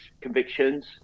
convictions